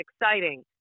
exciting